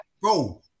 Bro